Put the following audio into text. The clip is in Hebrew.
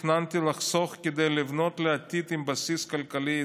תכננתי לחסוך כדי לבנות לי עתיד עם בסיס כלכלי יציב,